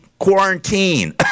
Quarantine